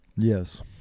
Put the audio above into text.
yes